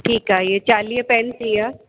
ठीकु आहे इहे चालीह पेन थी विया